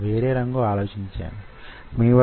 మీరు రకరకాల డ్రగ్స్ ని వాడుతున్నారు